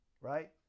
right